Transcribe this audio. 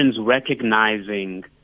recognizing